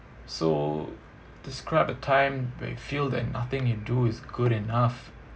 so describe a time where you feel that nothing you do is good enough